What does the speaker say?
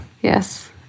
Yes